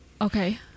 okay